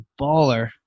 baller